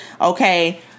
Okay